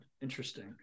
interesting